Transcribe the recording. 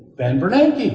ben bernanke.